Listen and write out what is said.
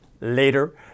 Later